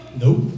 Nope